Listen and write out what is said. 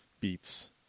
beats